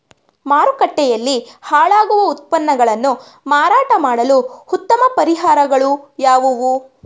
ಮಾರುಕಟ್ಟೆಯಲ್ಲಿ ಹಾಳಾಗುವ ಉತ್ಪನ್ನಗಳನ್ನು ಮಾರಾಟ ಮಾಡಲು ಉತ್ತಮ ಪರಿಹಾರಗಳು ಯಾವುವು?